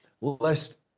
lest